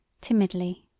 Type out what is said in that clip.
timidly